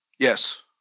Yes